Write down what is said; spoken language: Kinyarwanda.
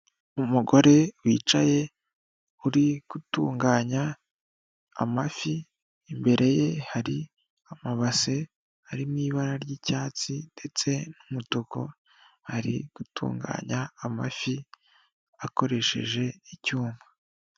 Umugore wicaye uri gutunganya amafi, imbere ye hari amabase ari mu ibara ry'icyatsi ndetse n'umutuku ari gutunganya amafi akoresheje icyuma.